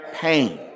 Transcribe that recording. pain